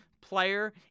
player